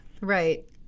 Right